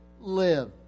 live